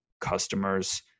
customers